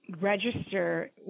register